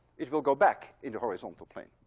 it will go back in the horizontal plane.